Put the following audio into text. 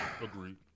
Agreed